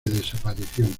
desaparición